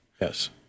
Yes